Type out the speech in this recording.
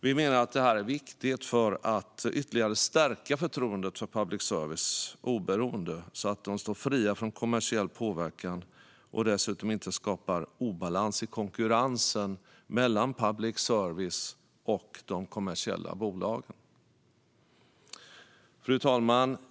Vi menar att detta är viktigt för att ytterligare stärka förtroendet för public services oberoende så att den står fri från kommersiell påverkan och dessutom inte skapar obalans i konkurrensen mellan public service och de kommersiella bolagen. Fru talman!